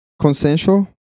Consensual